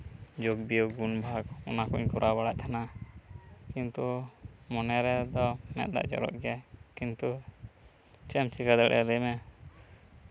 ᱡᱳᱜᱽ ᱵᱤᱭᱳᱜᱽ ᱜᱩᱱ ᱵᱷᱟᱜᱽ ᱚᱱᱟ ᱠᱚᱧ ᱠᱚᱨᱟᱣ ᱵᱟᱲᱟᱭᱮᱫ ᱛᱟᱦᱮᱱᱟ ᱠᱤᱱᱛᱩ ᱢᱚᱱᱮᱨᱮᱫᱚ ᱢᱮᱫ ᱫᱟᱜ ᱡᱚᱨᱚᱜ ᱜᱮᱭᱟ ᱠᱤᱱᱛᱩ ᱪᱮᱫ ᱮᱢ ᱪᱤᱠᱟᱹ ᱫᱟᱲᱮᱭᱟᱜᱼᱟ ᱞᱟᱹᱭ ᱢᱮ